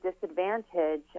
disadvantage